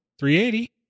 380